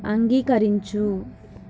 అంగీకరించు